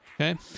Okay